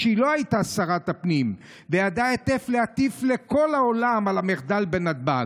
כשהיא לא הייתה שרת הפנים וידעה היטב להטיף לכל העולם על המחדל בנתב"ג.